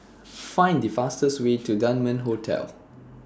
Find The fastest Way to Dunman Hotel